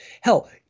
Hell